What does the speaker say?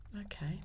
Okay